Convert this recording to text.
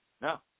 no